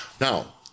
Now